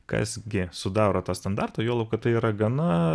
kas gi sudaro tą standartą juolab kad tai yra gana